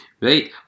Right